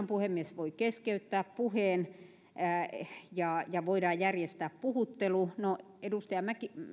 puhemies voi keskeyttää puheen ja ja voidaan järjestää puhuttelu no edustaja